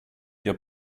your